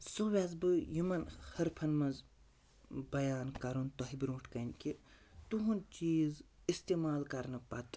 سُہ ویٚژھٕ بہٕ یِمَن حرفَن منٛز بیان کَرُن تۄہہِ برونٛٹھ کَنہِ کہِ تُہُنٛد چیٖز استعمال کَرنہٕ پَتہٕ